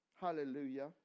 hallelujah